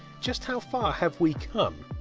just how far have we come?